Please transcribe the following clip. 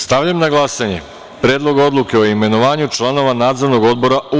Stavljam na glasanje Predlog odluke o imenovanju članova Nadzornog odbora, u